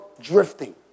drifting